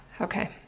Okay